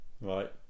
Right